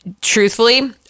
Truthfully